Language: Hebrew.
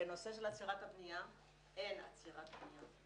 בנושא של עצירת הבניה אין עצירת בניה.